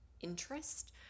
interest